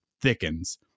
thickens